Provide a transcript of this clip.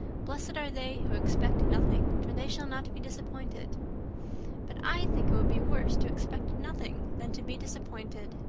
blessed are they who expect nothing for they shall not be disappointed but i think it would be worse to expect nothing than to be disappointed.